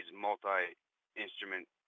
multi-instrument